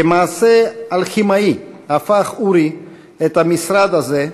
כמעשה אלכימאי הפך אורי את המשרד הזה,